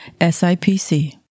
SIPC